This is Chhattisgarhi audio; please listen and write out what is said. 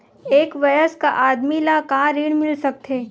एक वयस्क आदमी ल का ऋण मिल सकथे?